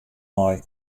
mei